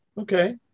okay